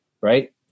Right